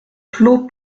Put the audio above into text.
clos